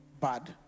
bad